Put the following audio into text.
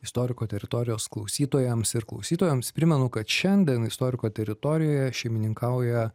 istoriko teritorijos klausytojams ir klausytojoms primenu kad šiandien istoriko teritorijoje šeimininkauja